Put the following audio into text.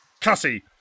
Cassie